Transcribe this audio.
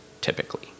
typically